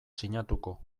sinatuko